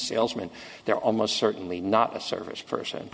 salesman they're almost certainly not a service person